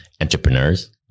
entrepreneurs